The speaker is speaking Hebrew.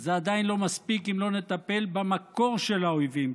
זה עדיין לא מספיק אם לא נטפל במקור של האויבים,